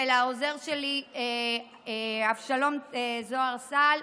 ולעוזר שלי אבשלום זוהר סל,